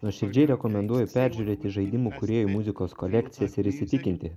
nuoširdžiai rekomenduoju peržiūrėti žaidimų kūrėjų muzikos kolekcijas ir įsitikinti